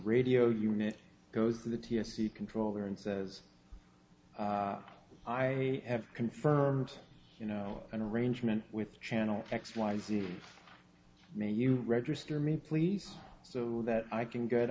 radio unit goes to the t s p controller and says i have confirmed you know an arrangement with channel x y z may you register me please so that i can get